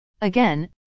Again